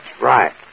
right